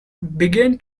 began